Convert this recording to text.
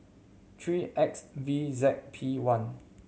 three X V Z P one